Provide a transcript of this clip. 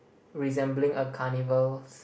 resembling a carnival's